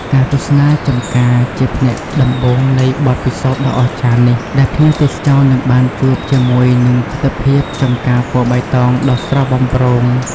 ការទស្សនាចម្ការ ជាផ្នែកដំបូងនៃបទពិសោធន៍ដ៏អស្ចារ្យនេះ ដែលភ្ញៀវទេសចរនឹងបានជួបជាមួយនឹងទិដ្ឋភាពចម្ការពណ៌បៃតងដ៏ស្រស់បំព្រង។